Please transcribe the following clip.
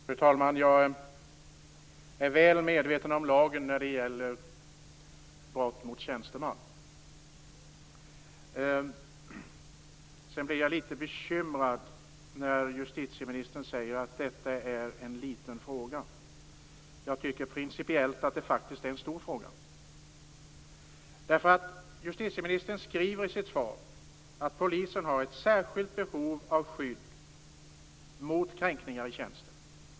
Fru talman! Jag är väl medveten om lagen när det gäller brott mot tjänsteman. Jag blir lite bekymrad när justitieministern säger att detta är en liten fråga. Jag tycker principiellt att det faktiskt är en stor fråga. Justitieministern skriver i sitt svar att polisen har ett särskilt behov av skydd mot kränkningar i tjänsten.